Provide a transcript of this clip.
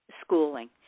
schooling